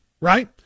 right